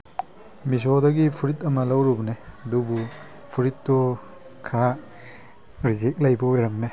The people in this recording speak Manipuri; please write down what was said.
ꯃꯤꯁꯣꯗꯒꯤ ꯐꯨꯔꯤꯠ ꯑꯃ ꯂꯧꯔꯨꯕꯅꯦ ꯑꯗꯨꯕꯨ ꯐꯨꯔꯤꯠ ꯇꯣ ꯈꯔ ꯔꯤꯖꯦꯛ ꯂꯩꯕ ꯑꯣꯏꯔꯝꯃꯦ